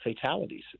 fatalities